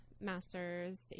master's